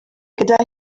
gyda